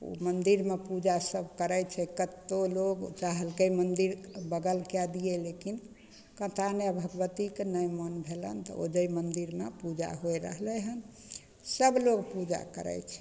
ओ मन्दिरमे पूजा सभ करै छै कतबो लोक चाहलकै मन्दिरके बगल कै दिए लेकिन कतै नहि भगवतीके नहि मोन भेलनि तऽ ओदै मन्दिरमे पूजा होइ रहलै हँ सभलोक पूजा करै छै